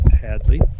Hadley